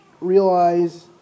realize